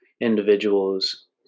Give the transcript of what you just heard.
individuals